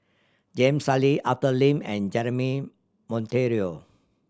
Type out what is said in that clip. Jam Sali Arthur Lim and Jeremy Monteiro